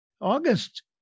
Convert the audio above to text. August